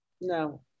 No